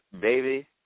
baby